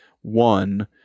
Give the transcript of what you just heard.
one